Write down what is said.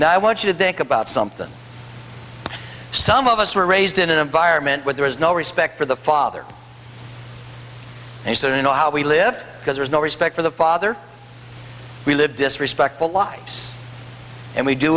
you now i want you to think about something some of us were raised in an environment where there is no respect for the father and so you know how we live because there is no respect for the father we live disrespectful lives and we do